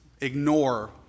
ignore